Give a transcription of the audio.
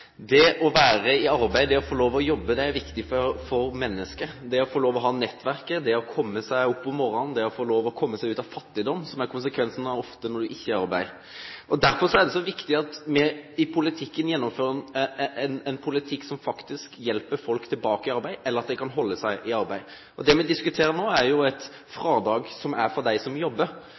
å være i arbeid, det å få lov å jobbe er viktig for mennesket, det å få lov å ha nettverket, det å komme seg opp om morgenen, det å få lov å komme seg ut av fattigdom – fattigdom som ofte er konsekvensen når du ikke er i arbeid. Derfor er det så viktig at vi gjennomfører en politikk som faktisk hjelper folk tilbake i arbeid, eller hjelper dem til at de kan holde seg i arbeid. Det vi diskuterer nå, er jo et fradrag som er for dem som jobber,